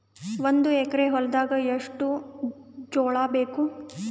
ಒಂದು ಎಕರ ಹೊಲದಾಗ ಎಷ್ಟು ಜೋಳಾಬೇಕು?